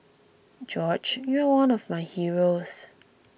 George you are one of my heroes